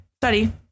study